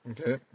Okay